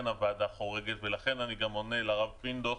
הוועדה חורגת ואני עונה לרב פינדרוס,